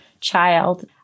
child